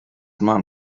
man